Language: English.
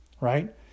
right